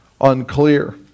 unclear